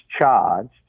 charged